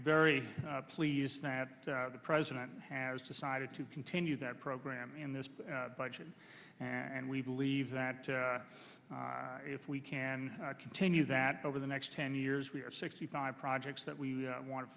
very pleased that the president has decided to continue that program in this budget and we believe that if we can continue that over the next ten years we are sixty five projects that we want to